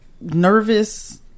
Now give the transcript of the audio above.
nervous